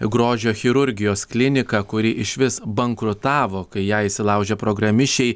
grožio chirurgijos klinika kuri išvis bankrutavo kai į ją įsilaužė programišiai